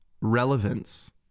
relevance